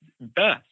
best